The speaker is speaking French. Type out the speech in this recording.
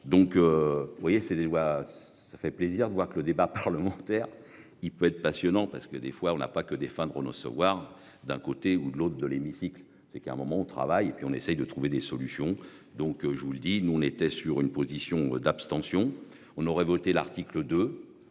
c'est des lois. Ça fait plaisir de voir que le débat parlementaire. Il peut être passionnant parce que des fois on n'a pas que des fans Renault savoir d'un côté ou de l'autre de l'hémicycle, c'est qu'à un moment où on travaille et puis on essaye de trouver des solutions, donc je vous le dis, nous on était sur une position d'abstention on aurait voté l'article de.